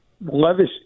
Levis